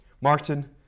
Martin